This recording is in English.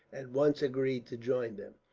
at once agreed to join them.